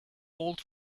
old